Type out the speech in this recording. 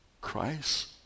Christ